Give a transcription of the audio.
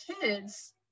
kids